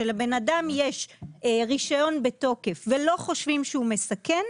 שלבן אדם יש רישיון בתוקף ולא חושבים שהו א מסכן,